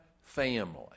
family